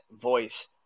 voice